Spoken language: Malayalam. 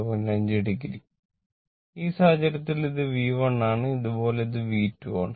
5o ഈ സാഹചര്യത്തിൽ ഇത് V1 ആണ് അതുപോലെ ഇത് V2 ആണ്